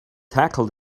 tackle